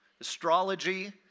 astrology